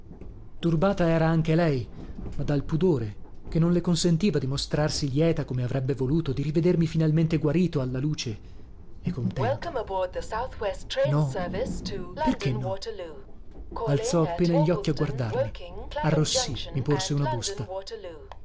turbata era anche lei ma dal pudore che non le consentiva di mostrarsi lieta come avrebbe voluto di rivedermi finalmente guarito alla luce e contento no perché no alzò appena gli occhi a guardarmi arrossì mi porse una busta